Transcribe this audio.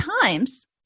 times